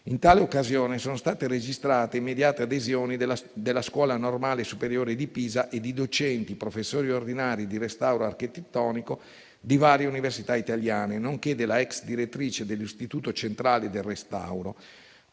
In tale occasione sono state registrate immediate adesioni della Scuola Normale Superiore di Pisa e di docenti, professori ordinari di restauro architettonico di varie università italiane, nonché della *ex* direttrice dell'Istituto centrale per il restauro.